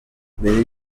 mbere